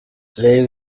reba